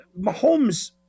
Mahomes